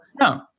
No